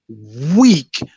weak